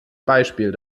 beispiel